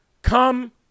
Come